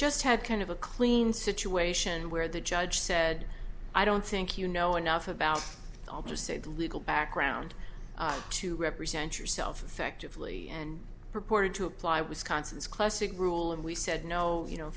just had kind of a clean situation where the judge said i don't think you know enough about all just a legal background to represent yourself actively and purported to apply wisconsin's close it rule and we said no you know